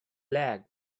lag